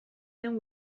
den